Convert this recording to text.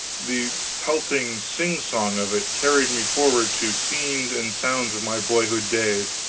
the pelting sing-song of it carried me forward to scenes and sounds of my boyhood days